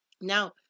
Now